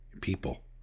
people